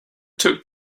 took